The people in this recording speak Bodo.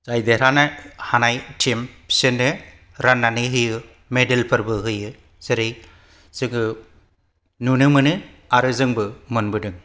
जाय देरहानो हानाय टिम बिसोरनो राननानै होयो मेडेलफोरबो होयो जेरै जोङो नुनो मोनो आरो जोंबो मोनबोदों